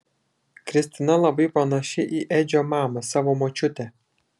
kristina labai panaši į edžio mamą savo močiutę